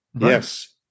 Yes